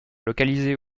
localisée